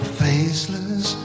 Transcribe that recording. faceless